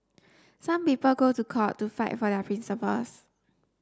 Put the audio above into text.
some people go to court to fight for their principles